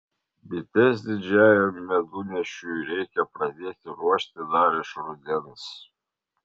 bites didžiajam medunešiui reikia pradėti ruošti dar iš rudens